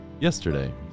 Yesterday